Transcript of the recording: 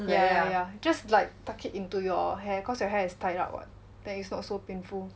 yeah yeah yeah just like tuck it into your hair cause your hair is tied up [what] then is not so painful